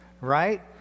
right